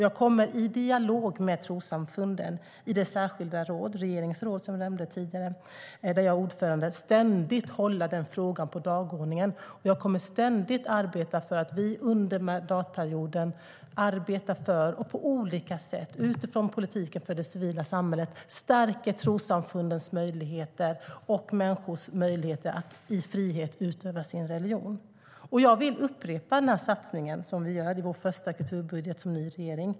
Jag kommer att i dialog med trossamfunden i det särskilda regeringsråd som jag nämnde tidigare, där jag är ordförande, ständigt ha den frågan på dagordningen. Jag kommer ständigt att arbeta för att vi under mandatperioden arbetar för och på olika sätt utifrån politiken för det civila samhället ska stärka trossamfundens möjligheter och människors möjligheter att i frihet utöva sin religion. Jag vill upprepa den satsning som vi gör i vår första kulturbudget som ny regering.